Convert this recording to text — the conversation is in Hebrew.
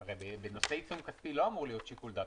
בנושא עיצום כספי לא אמור להיות שיקול דעת.